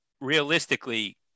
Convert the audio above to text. realistically